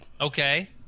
Okay